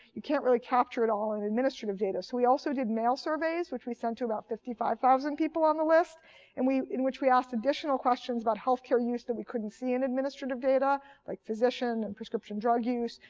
you can't really capture it all in administrative data. so we also did mail surveys, which we sent to about fifty five thousand people on the list and in which we asked additional questions about health care use that we couldn't see in administrative data like physician and prescription drug use,